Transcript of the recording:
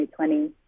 2020